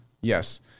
Yes